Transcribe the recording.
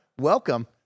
welcome